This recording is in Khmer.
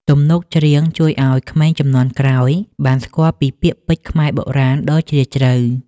ទំនុកច្រៀងជួយឱ្យក្មេងជំនាន់ក្រោយបានស្គាល់ពីពាក្យពេចន៍ខ្មែរបុរាណដ៏ជ្រាលជ្រៅ។